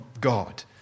God